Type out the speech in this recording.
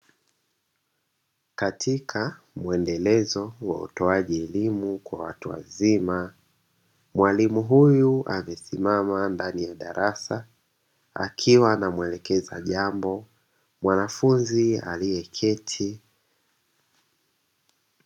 Katika mwendelezo wa utoaji elimu kwa watu wazima, mwalimu huyu alisimama ndani ya darasa, akiwa anamwelekeza jambo mwanafunzi aliyeketi.